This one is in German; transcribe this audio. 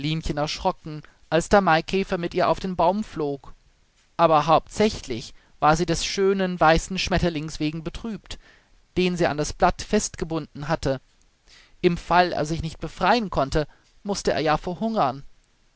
erschrocken als der maikäfer mit ihr auf den baum flog aber häuptsächlich war sie des schönen weißen schmetterlings wegen betrübt den sie an das blatt festgebunden hatte im fall er sich nicht befreien konnte mußte er ja verhungern